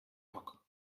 groc